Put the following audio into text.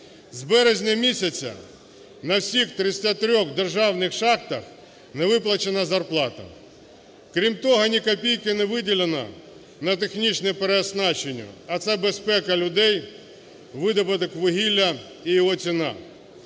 З березня місяця на всіх 303 державних шахтах не виплачена зарплата. Крім того, ні копійки не виділено на технічне переоснащення, а це безпека людей, видобуток вугілля і його ціна.